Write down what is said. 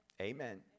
Amen